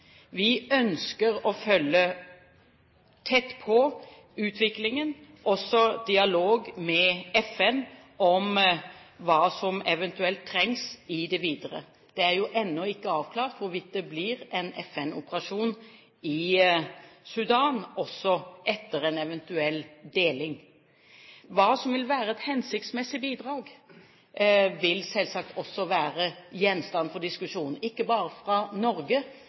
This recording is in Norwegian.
Vi ønsker å følge utviklingen tett, også i dialog med FN om hva som eventuelt trengs videre. Det er jo ennå ikke avklart hvorvidt det blir en FN-operasjon i Sudan, også etter en eventuell deling. Hva som da vil være et hensiktsmessig bidrag vil selvsagt også være gjenstand for diskusjon, ikke bare fra Norge,